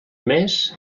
més